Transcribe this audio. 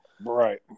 right